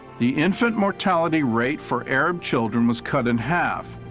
the infant mortality rate for arab children was cut in half,